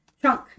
trunk